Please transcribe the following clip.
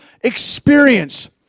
experience